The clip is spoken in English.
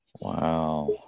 Wow